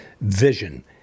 vision